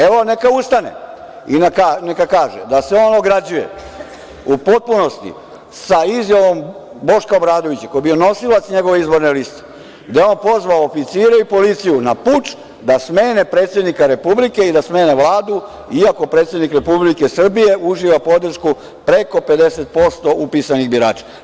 Evo, neka ustane i neka kaže da se on ograđuje u potpunosti sa izjavom Boška Obradovića, koji je bio nosilac njegove izborne liste, da je on pozvao oficire i policiju na puč da smene predsednika Republike i da smene Vladu, iako predsednik Republike Srbije uživa podršku preko 50% upisanih birača.